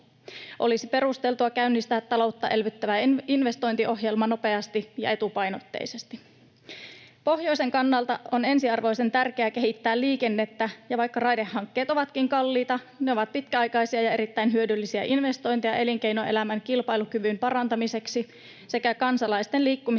Olisi perusteltua käynnistää taloutta elvyttävä investointiohjelma nopeasti ja etupainotteisesti. Pohjoisen kannalta on ensiarvoisen tärkeää kehittää liikennettä, ja vaikka raidehankkeet ovatkin kalliita, ne ovat pitkäaikaisia ja erittäin hyödyllisiä investointeja elinkeinoelämän kilpailukyvyn parantamiseksi sekä kansalaisten liikkumisen